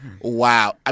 Wow